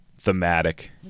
thematic